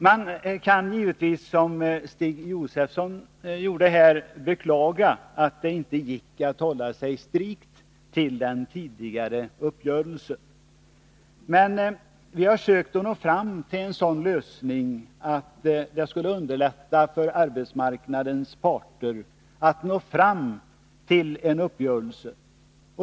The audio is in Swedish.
Man kan givetvis, som Stig Josefson gjorde här, beklaga att det inte gick att hålla sig strikt till den tidigare uppgörelsen. Men vi har sökt nå fram till en sådan lösning att det skulle underlätta för arbetsmarknadens parter att nå fram till en uppgörelse.